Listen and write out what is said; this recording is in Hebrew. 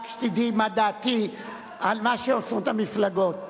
רק שתדעי מה דעתי על מה שעושות המפלגות.